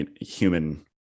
human